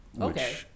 Okay